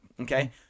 okay